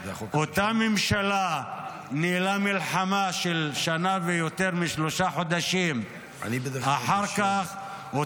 אותה ממשלה ניהלה מלחמה של שנה ויותר משלושה חודשים אחר כך,